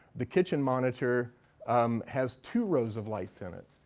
the kitchen monitor um has two rows of lights in it,